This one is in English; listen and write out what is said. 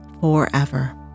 forever